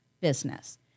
business